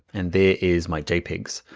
and there is my jpegs,